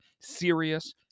serious